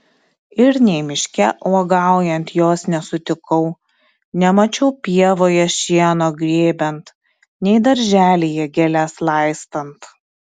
ir nei miške uogaujant jos nesutikau nemačiau pievoje šieno grėbiant nei darželyje gėles laistant